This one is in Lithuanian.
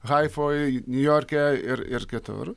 haifoj niujorke ir ir kitur